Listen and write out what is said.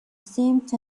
seemed